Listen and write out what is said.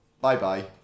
Bye-bye